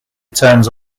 turns